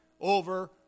over